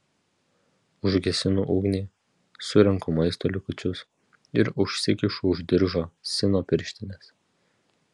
užgesinu ugnį surenku maisto likučius ir užsikišu už diržo sino pirštines